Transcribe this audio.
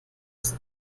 ist